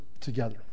together